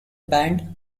band